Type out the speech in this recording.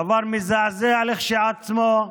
דבר מזעזע כשלעצמו.